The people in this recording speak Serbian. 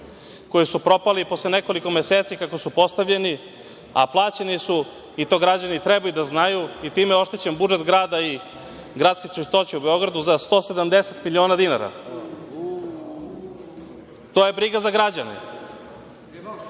koji su propali posle nekoliko meseci kako su postavljeni, a plaćeni su, i to građani trebaju da znaju, i time oštećen budžet grada i Gradske čistoće u Beogradu za 170 miliona dinara. To je briga za građane. Takođe,